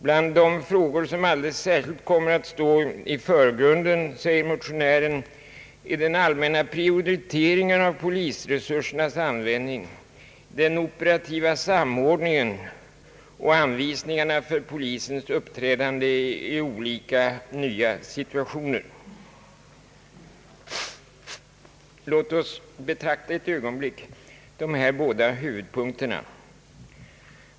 Bland de frågor som alldeles särskilt kommer att stå i förgrunden, säger motionären, är den allmänna prioriteringen av polisresursernas användning, den operativa samordningen och anvisningarna för polisens uppträdande i olika nya situationer. Låt oss ett ögonblick betrakta dessa båda huvudpunkter.